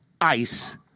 ice